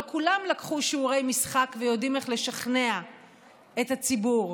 לא כולם לקחו שיעורי משחק ויודעים איך לשכנע את הציבור,